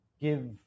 give